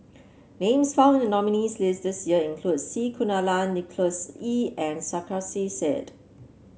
names found in the nominees' list this year include C Kunalan Nicholas Ee and Sarkasi Said